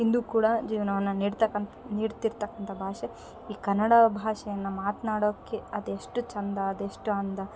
ಇಂದು ಕೂಡ ಜೀವನವನ್ನು ನೀಡ್ತಕ್ಕಂಥ ನೀಡ್ತಿರ್ತಕ್ಕಂಥ ಭಾಷೆ ಈ ಕನ್ನಡ ಭಾಷೆಯನ್ನು ಮಾತನಾಡೋಕೆ ಅದೆಷ್ಟು ಚಂದ ಅದೆಷ್ಟು ಅಂದ